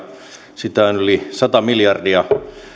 sitä on yli sata miljardia